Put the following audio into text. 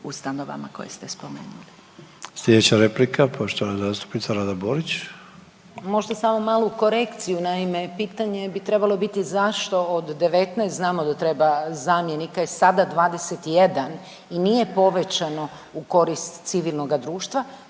ustanovama koje ste spomenuli. **Sanader, Ante (HDZ)** Sljedeća replika poštovana zastupnica Rada Borić. **Borić, Rada (NL)** Možda samo malu korekciju, naime, pitanje bi trebalo biti zašto od 19, znamo da treba zamjenika je sada 21 i nije povećano u korist civilnoga društva,